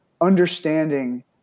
understanding